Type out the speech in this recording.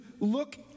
look